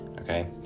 okay